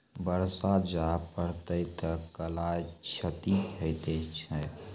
बरसा जा पढ़ते थे कला क्षति हेतै है?